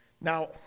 Now